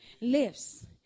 lives